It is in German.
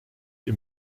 ihm